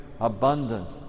abundance